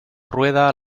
rueda